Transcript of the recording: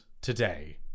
today